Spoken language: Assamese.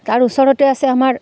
তাৰ ওচৰতে আছে আমাৰ